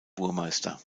burmeister